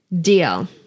Deal